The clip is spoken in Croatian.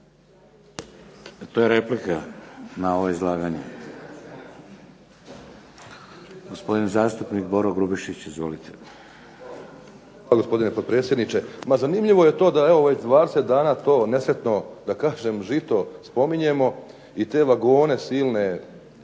To je replika na ovo izlaganje? Gospodin zastupnik Boro Grubišić. Izvolite. **Grubišić, Boro (HDSSB)** Hvala gospodine potpredsjedniče. Ma zanimljivo je to da evo već 20 dana to nesretno da kažem žito spominjemo i te vagone silne